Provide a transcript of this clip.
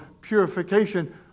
purification